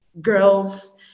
girls